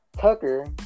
Tucker